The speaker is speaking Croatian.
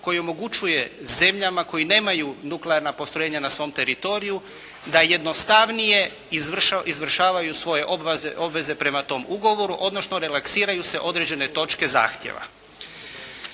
koji omogućuje zemljama koje nemaju nuklearna postrojenja na svom teritoriju da jednostavnije izvršavaju svoje obveze prema tom ugovoru odnosno relaksiraju se određene točke zahtjeva.